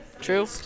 true